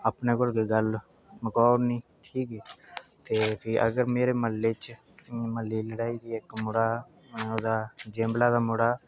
अपने कोला गल्ल मुकाई ओड़नी ते फ्ही मेरे म्हल्ले च लडाई इक्क मुड़ा जैम्बलें दा मुड़ा